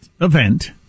event